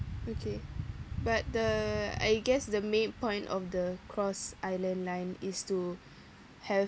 okay but the I guess the main point of the cross island line is to have